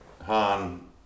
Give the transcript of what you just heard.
Han